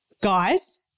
guys